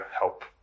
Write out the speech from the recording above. help